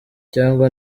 cyangwa